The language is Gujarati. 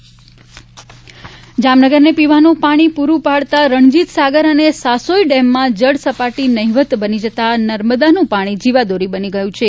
જામનગર પાણીની તંગી જામનગરને પીવાનું પાણી પુરૂ પાડતા રણજીતસાગર તથા સાસોઇ ડેમમાં જળ સપાટી નહિંવત બની જતા નર્મદાનું પાણી જીવાદોરી બની ગયું છે